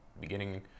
beginning